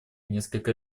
несколько